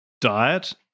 diet